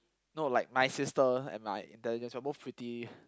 no like my sister and my intelligence both pretty